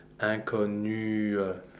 inconnu